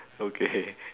okay